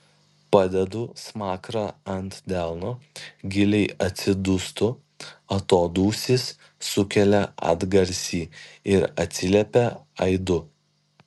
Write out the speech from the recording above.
padedu smakrą ant delno giliai atsidūstu atodūsis sukelia atgarsį ir atsiliepia aidu